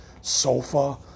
sofa